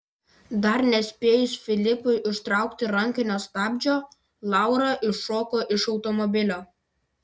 dar nespėjus filipui užtraukti rankinio stabdžio laura iššoko iš automobilio